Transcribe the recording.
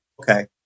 Okay